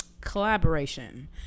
collaboration